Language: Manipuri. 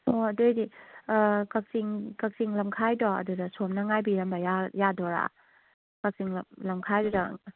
ꯑꯣ ꯑꯗꯨꯑꯣꯏꯗꯤ ꯀꯛꯆꯤꯡ ꯀꯛꯆꯤꯡ ꯂꯝꯈꯥꯏꯗꯣ ꯑꯗꯨꯗ ꯁꯣꯝꯅ ꯉꯥꯏꯕꯤꯔꯝꯕ ꯌꯥꯗꯣꯏꯔꯥ ꯀꯛꯆꯤꯡ ꯂꯝꯈꯥꯏꯗꯨꯗ